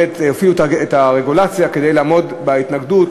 הפעילו את הרגולציה כדי לעמוד בהתנגדות,